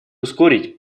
ускорить